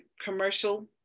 commercial